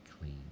clean